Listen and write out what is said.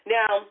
Now